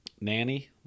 nanny